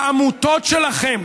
העמותות שלכם,